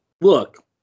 Look